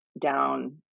down